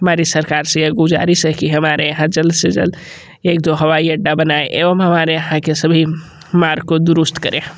हमारी सरकार से यह गुज़ारिश है कि हमारे यहाँ जल्द से जल्द एक दो हवाई अड्डा बनाए एवं हमारे यहाँ के सभी मार्ग को दुरुस्त करें